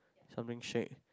something shake